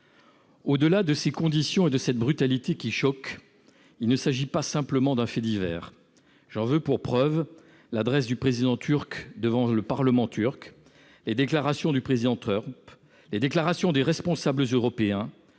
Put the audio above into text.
Au-delà de ces circonstances et de cette brutalité qui choquent, il ne s'agit pas simplement d'un fait divers. J'en veux pour preuve l'adresse du président Erdogan au parlement turc, les déclarations du président Trump, celles des responsables européens,